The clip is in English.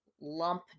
lump